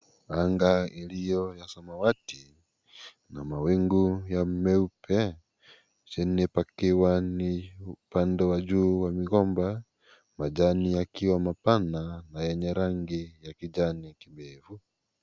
Anga iliyo ya samawati na mawingu meupe, chini pakiwa ni upande wa juu wa migomba majani yakiwa mapana na yenye rangi ya kijani kibichi.